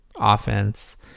offense